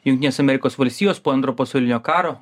jungtinės amerikos valstijos po antro pasaulinio karo